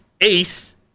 ace